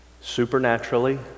supernaturally